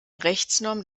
rechtsnorm